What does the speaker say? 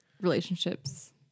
relationships